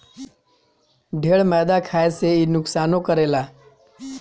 ढेर मैदा खाए से इ नुकसानो करेला